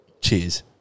Cheers